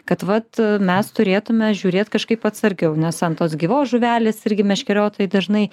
kad vat mes turėtume žiūrėt kažkaip atsargiau nes ant tos gyvos žuvelės irgi meškeriotojai dažnai